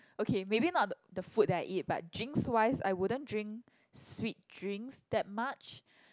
okay maybe not the the food that I eat but drinks wise I wouldn't drink sweet drinks that much